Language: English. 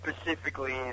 specifically